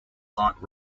hard